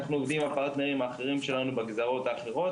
אנחנו עובדים עם הפרטנרים האחרים שלנו בגזרות האחרות